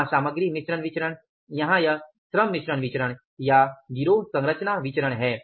वहाँ सामग्री मिश्रण विचरण यहाँ यह श्रम मिश्रण विचरण या गिरोह सरचना विचरण है